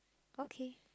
okay